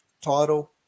title